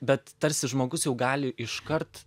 bet tarsi žmogus jau gali iškart